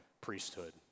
priesthood